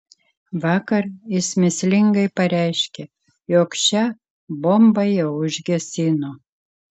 vakar jis mįslingai pareiškė jog šią bombą jau užgesino